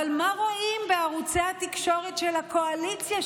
אבל מה רואים בערוצי התקשורת של הקואליציה,